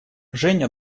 женя